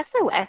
SOS